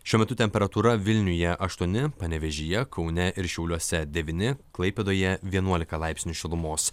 šiuo metu temperatūra vilniuje aštuoni panevėžyje kaune ir šiauliuose devyni klaipėdoje vienuolika laipsnių šilumos